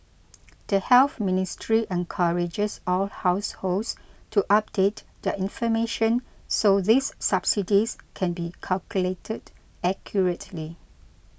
the Health Ministry encourages all households to update their information so these subsidies can be calculated accurately